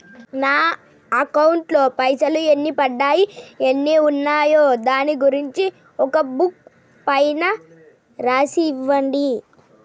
నా అకౌంట్ లో పైసలు ఎన్ని పడ్డాయి ఎన్ని ఉన్నాయో దాని గురించి ఒక బుక్కు పైన రాసి ఇవ్వండి?